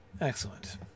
Excellent